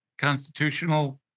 constitutional